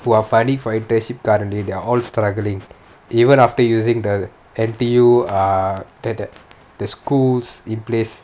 who are fighting for internship currently they are all struggling even after using the N_T_U err the the schools in place